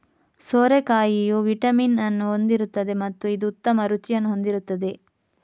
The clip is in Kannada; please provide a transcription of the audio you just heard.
ಸೋರೆಕಾಯಿಯು ವಿಟಮಿನ್ ಅನ್ನು ಹೊಂದಿರುತ್ತದೆ ಮತ್ತು ಇದು ಉತ್ತಮ ರುಚಿಯನ್ನು ಹೊಂದಿರುತ್ತದೆ